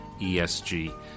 ESG